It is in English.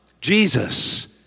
Jesus